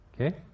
okay